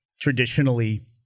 traditionally